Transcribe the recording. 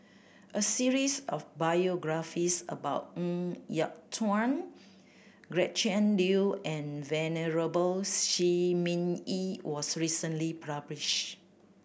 a series of biographies about Ng Yat Chuan Gretchen Liu and Venerable Shi Ming Yi was recently